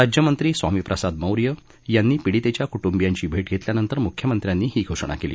राज्यमंत्री स्वामी प्रसाद मौर्य यांनी पीडितेच्या कुटुंबियांची भेट घेतल्यानंतर मुख्यमंत्र्यांनी ही घोषणा केली